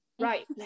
right